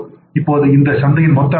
இப்போது இந்த சந்தையின் மொத்த அளவு என்ன